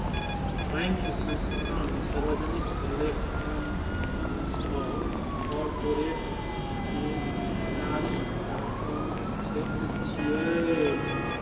bank, संस्थान, सार्वजनिक लेखांकन आ कॉरपोरेट वित्त के चारि टा प्रमुख क्षेत्र छियै